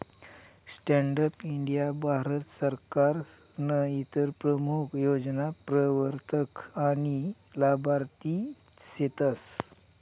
stand up India Bharat सरकारनं इतर प्रमूख योजना प्रवरतक आनी लाभार्थी सेतस